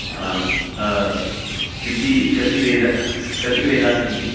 आं कति कति वेद कति वेदाः सन्ति